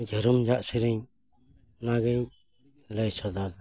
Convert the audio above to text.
ᱡᱷᱟᱹᱨᱩᱢᱡᱷᱟᱜ ᱥᱮᱨᱮᱧ ᱚᱱᱟᱜᱮᱧ ᱞᱟᱹᱭ ᱥᱚᱫᱚᱨ ᱫᱟ